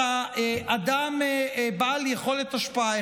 אתה אדם בעל יכולת השפעה,